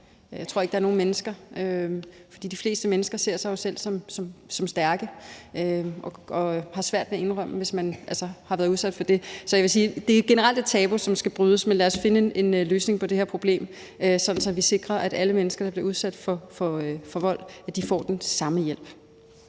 meget tabubelagt – desværre. De fleste mennesker ser jo sig selv som stærke og har svært ved at indrømme, hvis de har været udsat for det. Så jeg vil sige, at det generelt er et tabu, som skal brydes, men lad os finde en løsning på det her problem, så vi sikrer, at alle mennesker, der bliver udsat for vold, får den samme hjælp.